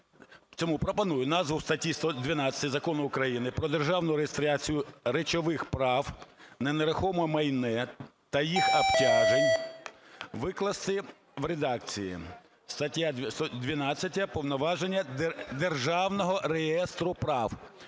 пропоную назву статті 112 Закону України "Про державну реєстрацію речових прав на нерухоме майно та їх обтяжень" викласти у редакції: "Стаття 12. Повноваження Державного реєстру прав